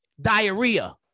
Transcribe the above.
Diarrhea